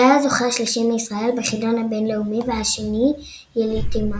היה הוא הזוכה השלישי מישראל בחידון הבינלאומי והשני יליד תימן.